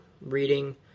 reading